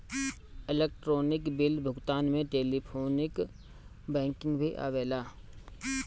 electronic bill भुगतान में telephonic banking भी आवेला